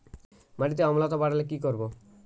মাটিতে অম্লত্ব বাড়লে কি করব?